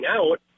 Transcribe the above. out